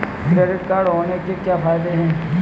Credit card होने के क्या फायदे हैं?